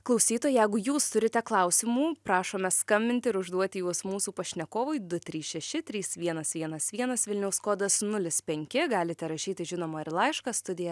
klausytojai jeigu jūs turite klausimų prašome skambinti ir užduoti juos mūsų pašnekovui du trys šeši trys vienas vienas vienas vilniaus kodas nulis penki galite rašyti žinoma ir laišką studija